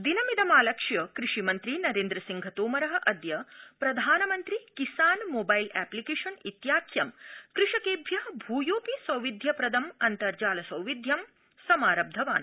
दिनमिदमालक्ष्य कृषि मन्त्री नरेन्द्र सिंह तोमर अद्य प्रधानमन्त्रि किसान मोबाइल ऐप्लिकेशन इत्याख्यं कृषकेभ्य भ्योऽपि सौविध्यप्रदं अन्तर्जाल सौविध्यं समारब्धवान्